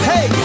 Hey